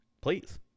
Please